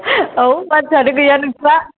औ मानसियानो गैया नोंस्रा